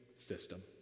System